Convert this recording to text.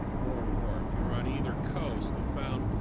more and more if you're on either coast you found,